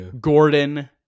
Gordon